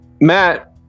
Matt